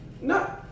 No